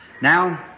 Now